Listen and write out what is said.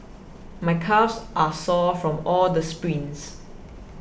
my calves are sore from all the sprints